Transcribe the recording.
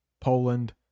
poland